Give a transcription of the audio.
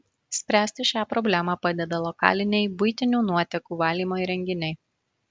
spręsti šią problemą padeda lokaliniai buitinių nuotekų valymo įrenginiai